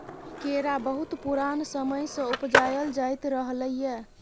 केरा बहुत पुरान समय सँ उपजाएल जाइत रहलै यै